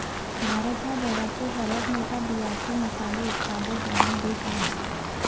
भारत हा जगातील सर्वात मोठा बियांचे मसाले उत्पादक ग्राहक देश आहे